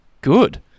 good